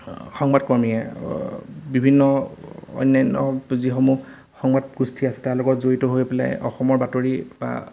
সংবাদ কৰ্মীয়ে বিভিন্ন অন্যান্য যিসমূহ সংবাদ গোষ্ঠী আছে তাৰ লগত জড়িত হৈ পেলাই অসমৰ বাতৰি বা